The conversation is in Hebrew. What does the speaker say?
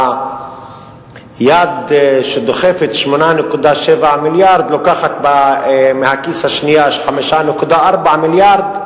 היד שדוחפת 8.7 מיליארד לוקחת מהכיס השני 5.4 מיליארד,